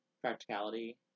practicality